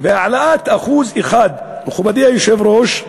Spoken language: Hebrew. והעלאת 1%; מכובדי היושב-ראש,